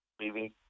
leaving